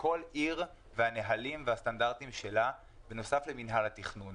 וכל עיר והנהלים והסטנדרטים שלה בנוסף למינהל התכנון.